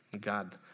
God